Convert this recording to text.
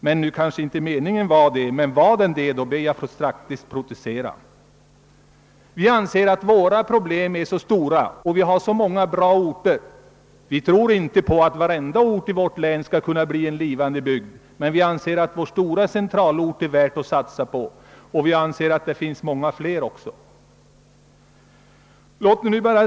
Det var kanske inte meningen, men om det var det, ber jag faktiskt att få protestera. Vi anser att också våra problem är stora. Vi tror inte på att varenda ort i vårt län skulle kun na göras levande, men vi anser att vår stora centralort är värd att satsa på, och vi anser att det finns många fler sådana orter.